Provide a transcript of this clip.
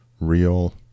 real